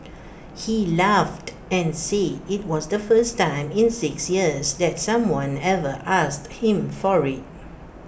he laughed and said IT was the first time in six years that someone ever asked him for IT